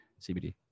cbd